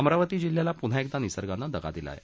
अमरावती जिल्ह्याला पुन्हा एकदा निसर्गानं दगा दिला आहे